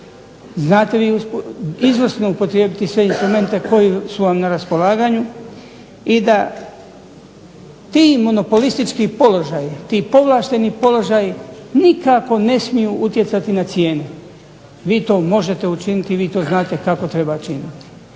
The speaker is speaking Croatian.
znate vi izvrsno upotrijebiti sve instrumente koji su vam na raspolaganju i da ti monopolistički položaji, ti povlašteni položaji nikako ne smiju utjecati na cijenu. Vi to možete učiniti, vi to znate kako treba činiti.